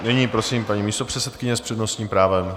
Nyní prosím paní místopředsedkyně s přednostním právem.